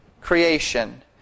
creation